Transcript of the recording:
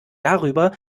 darüber